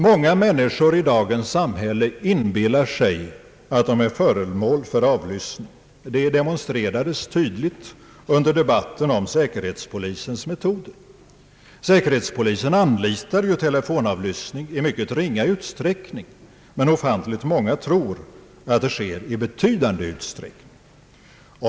Många människor i dagens samhälle inbillar sig att de är föremål för avlyssning. Det demonstrerades tydligt i debatten om säkerhetspolisens metoder. Säkerhetspolisen anlitar ju telefonavlyssning i mycket ringa utsträckning, men ofantligt många tror att det sker i betydande utsträckning.